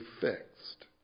fixed